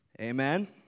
Amen